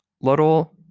Little